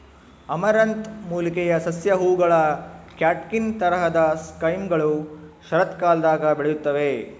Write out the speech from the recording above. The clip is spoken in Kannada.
ಅಮರಂಥ್ ಮೂಲಿಕೆಯ ಸಸ್ಯ ಹೂವುಗಳ ಕ್ಯಾಟ್ಕಿನ್ ತರಹದ ಸೈಮ್ಗಳು ಶರತ್ಕಾಲದಾಗ ಬೆಳೆಯುತ್ತವೆ